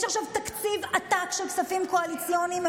יש עכשיו תקציב עתק של כספים קואליציוניים,